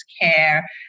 care